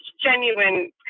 genuine